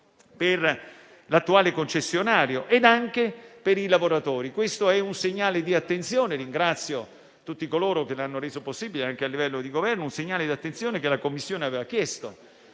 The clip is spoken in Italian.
per l'attuale concessionario e anche per i lavoratori. È un segnale di attenzione - e ringrazio tutti coloro che l'hanno reso possibile, anche a livello di Governo - che la Commissione aveva chiesto,